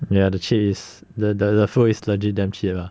ya the cheap is the the food is legit damn cheap lah